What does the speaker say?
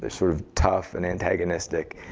ah sort of tough and antagonistic.